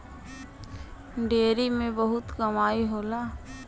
dairy में बहुत कमाई होला